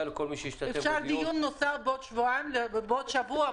אפשר דיון נוסף בעוד שבוע או שבועיים?